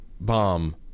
bomb